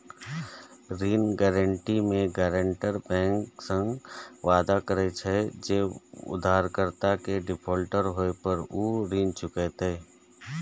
ऋण गारंटी मे guarantor bank सं वादा करे छै, जे उधारकर्ता के डिफॉल्टर होय पर ऊ ऋण चुकेतै